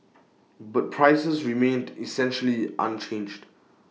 but prices remained essentially unchanged